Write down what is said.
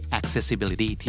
accessibility